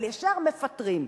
אבל ישר מפטרים.